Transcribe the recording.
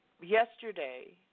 Yesterday